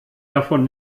davon